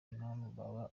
impamvu